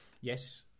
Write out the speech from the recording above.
yes